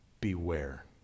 beware